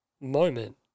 moment